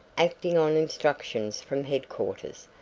acting on instructions from headquarters,